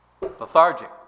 Lethargic